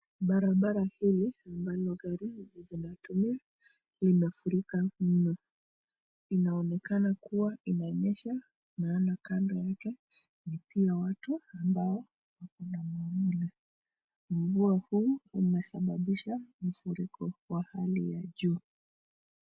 Barabara hii ambayo gari zinatumia imefurika mno inaonekana kuwa inanyesha naona kando yake ni watu pia ambao wako na mwavuli. Mvua huu umesababisha mfuriko wa hali ya juu.